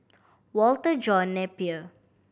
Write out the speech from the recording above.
Walter John Napier